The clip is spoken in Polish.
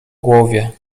głowie